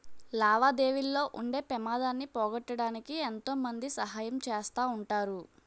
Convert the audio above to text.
లావాదేవీల్లో ఉండే పెమాదాన్ని పోగొట్టడానికి ఎంతో మంది సహాయం చేస్తా ఉంటారు